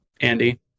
Andy